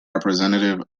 representative